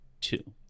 Two